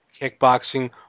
kickboxing